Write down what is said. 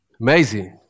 Amazing